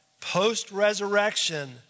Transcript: Post-resurrection